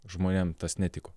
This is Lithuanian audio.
žmonėm tas netiko